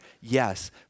Yes